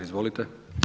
Izvolite!